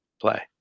play